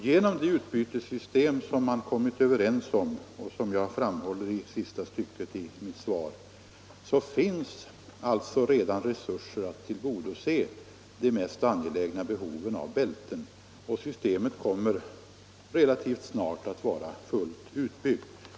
Genom det utbytessystem som man kommit överens om och som jag redovisar i sista stycket i mitt svar finns alltså redan resurser för att tillgodose de mest angelägna behoven av bälten, och systemet kommer relativt snart att vara fullt utbyggt.